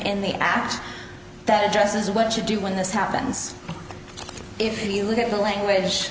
in the act that addresses what you do when this happens if you look at the language